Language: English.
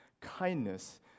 kindness